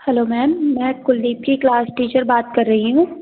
hello ma'am मैं कुलदीप की class teacher बात कर रही हूँ